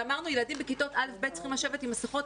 ואמרנו: ילדים בכיתות א'-ב' צריכים לשבת עם מסכות,